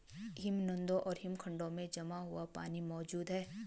हिमनदों और हिमखंडों में जमा हुआ पानी मौजूद हैं